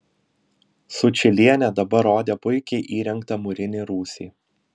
sučylienė dabar rodė puikiai įrengtą mūrinį rūsį